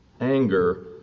anger